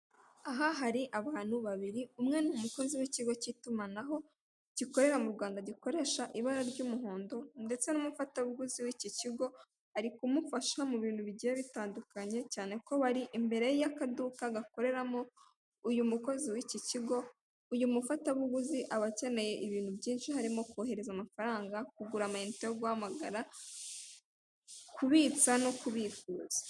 Aha hari abantu babiri umwe n'umukozi w'ikigo cy'itumanaho gikorera mu Rwanda gikoresha ibara ry'umuhondo, ndetse n'umufatabuguzi w'iki kigo ari kumufasha mu bintu bigiye bitandukanye cyane ko bari imbere y'akaduka gakoreramo, uyu mukozi w'iki kigo uyu mufatabuguzi aba akeneye ibintu byinshi harimo; kohereza amafaranga, kugura amayinite yo guhamagara, kubitsa no kubifuza.